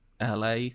LA